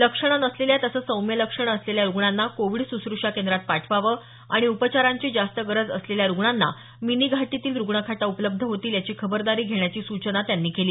लक्षणं नसलेल्या तसंच सौम्य लक्षण असलेल्या रुग्णांना कोविड सुश्रषा केंद्रात पाठवावं आणि उपचारांची जास्त गरज असलेल्या रुग्णांना मिनी घाटीतील रुग्णखाटा उपलब्ध होतील याची खबरदारी घेण्याची सूचना त्यांनी केली